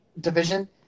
division